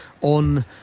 On